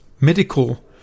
medical